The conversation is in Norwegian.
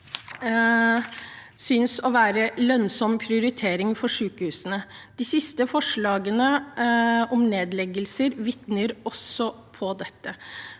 synes å være en lønnsom prioritering for sykehusene. De siste forslagene om nedleggelser vitner også om dette.